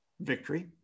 Victory